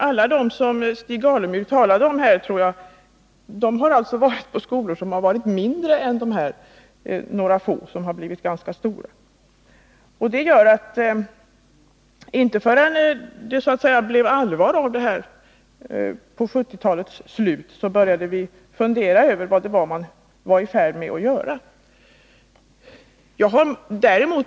Alla de som Stig Alemyr har talat om har varit på mindre skolor — det är några få skolor som har blivit ganska stora. Inte förrän det på 1970-talets slut blev allvar av det här talet började vi fundera över vad man var i färd med att göra.